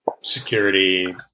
security